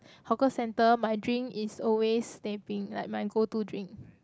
hawker centre my drink is always teh peng like my go to drink